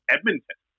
Edmonton